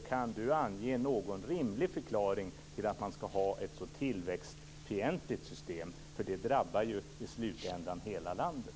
Kan Lena Ek ange någon rimlig förklaring till att man skall ha ett så tillväxtfientligt system? Det drabbar ju i slutändan hela landet.